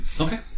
Okay